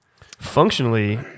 Functionally